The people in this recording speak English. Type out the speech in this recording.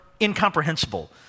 incomprehensible